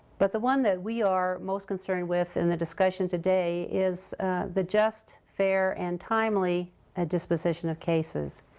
but the one that we are most concerned with in the discussion today is the just, fair, and timely ah disposition of cases.